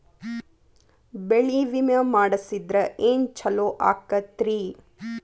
ಬೆಳಿ ವಿಮೆ ಮಾಡಿಸಿದ್ರ ಏನ್ ಛಲೋ ಆಕತ್ರಿ?